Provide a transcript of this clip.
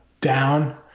down